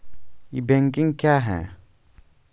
ई banking क्या हैं?